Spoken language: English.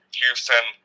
Houston